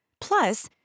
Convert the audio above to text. Plus